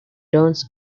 turns